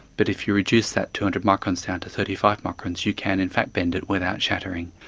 but if you reduce that two hundred microns down to thirty five microns you can in fact bend it without shattering.